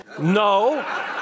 No